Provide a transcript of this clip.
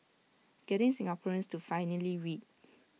getting Singaporeans to finally read